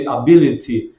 ability